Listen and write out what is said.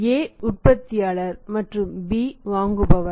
A உற்பத்தியாளர் மற்றும் B வாங்குபவர்